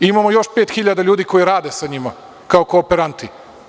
Imamo još 5.000 ljudi koji rade sa njima kao kooperanti.